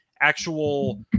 actual